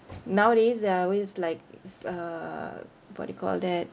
nowadays there are always like uh what do you call that